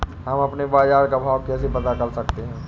हम अपने बाजार का भाव कैसे पता कर सकते है?